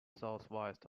southwest